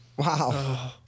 Wow